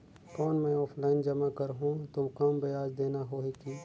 कौन मैं ऑफलाइन जमा करहूं तो कम ब्याज देना होही की?